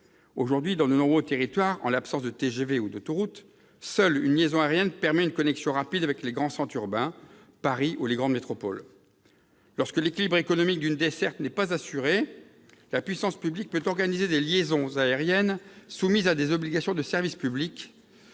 Aujourd'hui, dans de nombreux territoires, en l'absence de TGV ou d'autoroute, seule une liaison aérienne permet une connexion rapide avec les grands centres urbains, Paris et les grandes métropoles. Lorsque l'équilibre économique d'une desserte n'est pas assuré, la puissance publique peut organiser des liaisons aériennes soumises à des obligations de service public